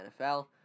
NFL